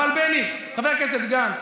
אבל בני, חבר הכנסת גנץ,